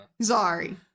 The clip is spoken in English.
sorry